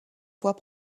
voit